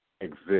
exist